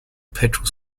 petrol